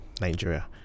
nigeria